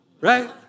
right